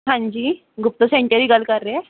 ਹਾਂਜੀ ਗੁਪਤਾ ਸੈਂਟਰ ਹੀ ਗੱਲ ਕਰ ਰਹੇ ਹੈ